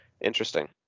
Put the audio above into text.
Interesting